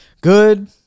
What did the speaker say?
Good